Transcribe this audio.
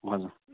हजुर